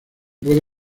puede